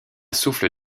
souffle